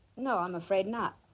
no, i'm afraid not.